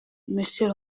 monsieur